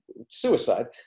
suicide